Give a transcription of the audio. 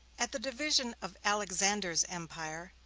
at the division of alexander's empire,